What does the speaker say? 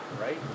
right